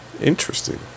Interesting